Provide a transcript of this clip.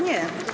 Nie.